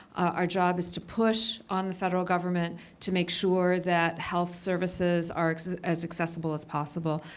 our job is to push on the federal government to make sure that health services are as accessible as possible.